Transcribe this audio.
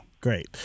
great